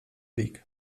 weg